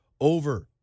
over